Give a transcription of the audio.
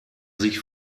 sich